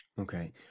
Okay